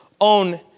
own